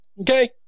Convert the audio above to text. okay